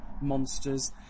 monsters